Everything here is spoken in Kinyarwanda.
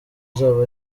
azaba